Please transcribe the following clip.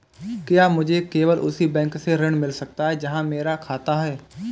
क्या मुझे केवल उसी बैंक से ऋण मिल सकता है जहां मेरा खाता है?